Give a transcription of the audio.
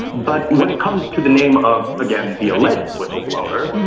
but when it comes to the name of, again, the alleged whistleblower,